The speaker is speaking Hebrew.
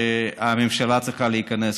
הממשלה צריכה להיכנס.